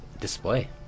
display